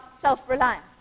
self-reliance